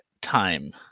time